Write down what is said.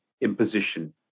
imposition